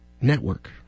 Network